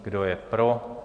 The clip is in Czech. Kdo je pro?